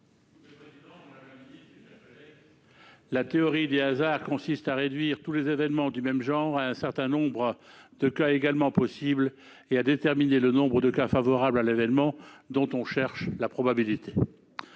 la théorie des hasards consiste à réduire tous les événements du même genre à un certain nombre de cas également possibles et à déterminer le nombre de cas favorables à l'événement dont on cherche la probabilité